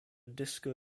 disco